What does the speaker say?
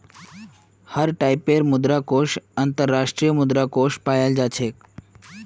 हर टाइपेर मुद्रा कोष अन्तर्राष्ट्रीय मुद्रा कोष पायाल जा छेक